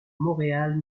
montréal